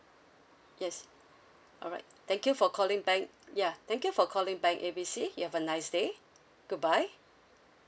yes all right thank you for calling bank ya thank you for calling bank A B C you have a nice day goodbye